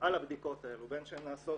על הבדיקות האלה בין שהן נעשות